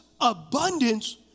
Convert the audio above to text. abundance